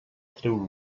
treure